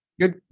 Good